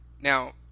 Now